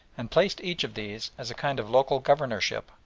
and placed each of these, as a kind of local governorship,